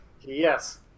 Yes